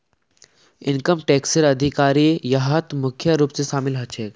income टैक्सेर अधिकारी यहात मुख्य रूप स शामिल ह छेक